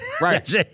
Right